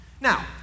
Now